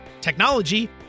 technology